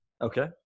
Okay